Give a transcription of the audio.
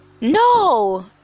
no